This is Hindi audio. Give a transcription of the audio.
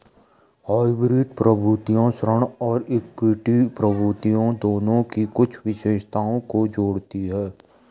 हाइब्रिड प्रतिभूतियां ऋण और इक्विटी प्रतिभूतियों दोनों की कुछ विशेषताओं को जोड़ती हैं